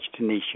Tanisha